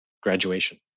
graduation